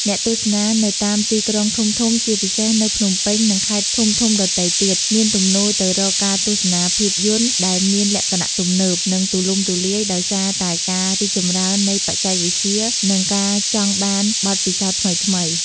អ្នកទស្សនានៅតាមទីក្រុងធំៗ ជាពិសេសនៅ ភ្នំពេញ និងខេត្តធំៗដទៃទៀត មានទំនោរទៅរកការទស្សនាភាពយន្តដែលមានលក្ខណៈ ទំនើប និងទូលំទូលាយ ដោយសារតែការរីកចម្រើននៃបច្ចេកវិទ្យា និងការចង់បានបទពិសោធន៍ថ្មីៗ។